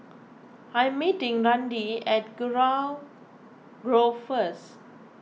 I am meeting Randi at Kurau Grove first